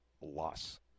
loss